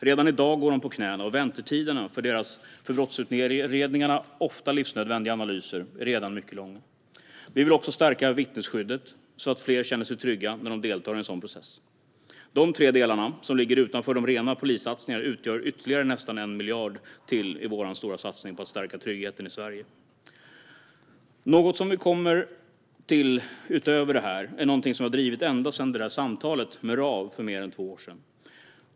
Redan i dag går de på knäna, och väntetiderna för deras, för brottsutredningarna ofta helt avgörande, analyser är redan mycket långa. Vi vill också stärka vittnesskyddet. Fler ska känna sig trygga när de deltar i en sådan process. De tre delarna, som ligger utanför de rena polissatsningarna, utgör nästan en miljard ytterligare i vår stora satsning på att stärka tryggheten i Sverige. Utöver det tillkommer något som jag har drivit ända sedan det där samtalet med RAV för mer än två år sedan.